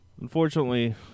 Unfortunately